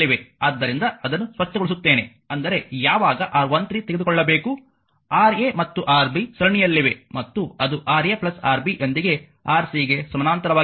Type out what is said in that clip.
ಆದ್ದರಿಂದ ಅದನ್ನು ಸ್ವಚ್ಛಗೊಳಿಸುತ್ತೇನೆ ಅಂದರೆ ಯಾವಾಗ R13 ತೆಗೆದುಕೊಳ್ಳಬೇಕು Ra ಮತ್ತು Rb ಸರಣಿಯಲ್ಲಿವೆ ಮತ್ತು ಅದು Ra Rb ಯೊಂದಿಗೆ Rc ಗೆ ಸಮಾನಾಂತರವಾಗಿರುತ್ತದೆ